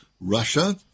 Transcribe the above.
Russia